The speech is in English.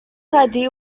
idea